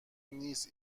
نیست